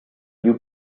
you